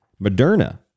Moderna